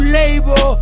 label